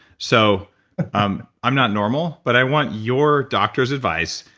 so i'm not normal, but i want your doctor's advice.